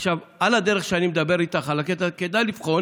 עכשיו, על הדרך כשאני מדבר איתך, כדאי לבחון